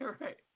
Right